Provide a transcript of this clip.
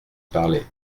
parlé